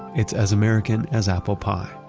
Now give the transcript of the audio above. it's as american as apple pie.